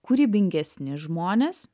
kūrybingesni žmonės